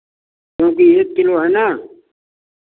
क्योंकि एक किलो है ना